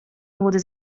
młody